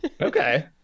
okay